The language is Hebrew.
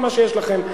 כל מה שיש לכם,